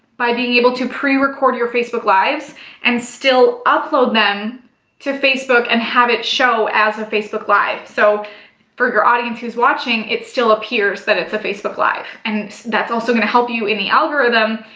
by being able to pre record your facebook lives and still upload them to facebook and have it show as a facebook live. so for your audience who's watching, it still appears that it's a facebook live and that's also going to help you in the algorithm,